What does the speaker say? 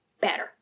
better